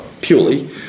purely